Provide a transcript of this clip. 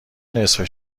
نصفه